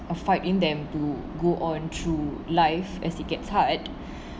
a fight in them to go on through life as it gets hard